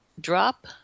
drop